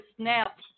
snap